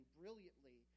brilliantly